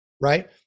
right